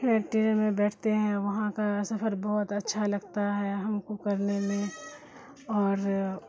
train میں بیٹھتے ہیں وہاں کا سفر بہت اچھا لگتا ہے ہم کو کرنے میں اور